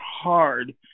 hard